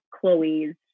Chloe's